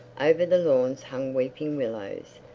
over the lawns hung weeping-willows,